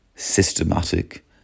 systematic